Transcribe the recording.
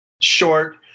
short